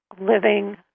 living